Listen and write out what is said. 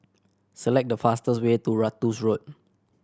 select the fastest way to Ratus Road